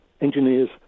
engineers